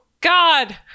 God